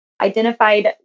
identified